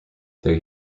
there